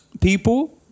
people